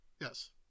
Yes